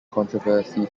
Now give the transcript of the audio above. controversy